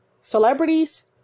celebrities